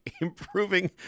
Improving